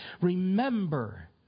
Remember